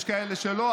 יש כאלה שלא,